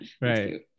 right